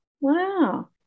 wow